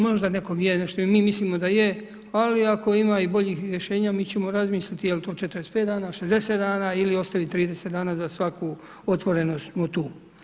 Možda nekom je nešto, mi mislimo da je, ali ako ima i boljih rješenja, mi ćemo razmisliti jel to 45 dana, 60 dana, ili ostaviti 30 dana, za svaku otvorenost smo tu.